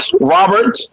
Robert